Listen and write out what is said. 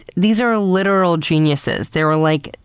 these are literal geniuses, they were like,